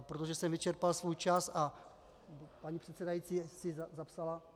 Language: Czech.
Protože jsem vyčerpal svůj čas a paní předsedající si zapsala?